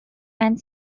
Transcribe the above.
and